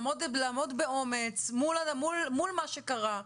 לעמוד באומץ מול מה שקרה,